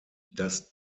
das